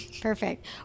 perfect